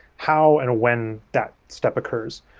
how and when that step occurs?